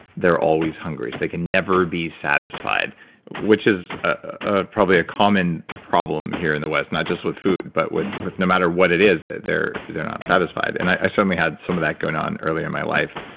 they're always hungry. so they can never be satisfied which is ah probably a common problem here in the west. not just with food, but with with no matter what it is, they're they're not satisfied and i certainly had some of that going on early in my life.